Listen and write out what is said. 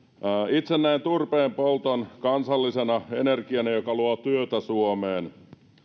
itse näen turpeen polton kansallisena energiamuotona joka luo työtä suomeen